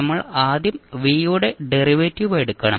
നമ്മൾ ആദ്യം v യുടെ ഡെറിവേറ്റീവ് എടുക്കണം